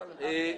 פסקה (א)